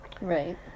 Right